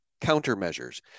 countermeasures